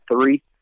three